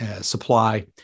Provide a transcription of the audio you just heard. supply